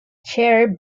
chaired